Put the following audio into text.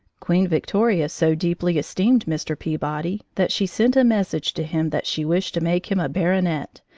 queen victoria so deeply esteemed mr. peabody that she sent a message to him that she wished to make him a baronet,